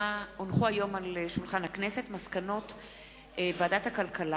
בסיוון התשס"ט (3 ביוני 2009):